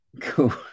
Cool